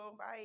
Bye